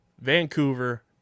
Vancouver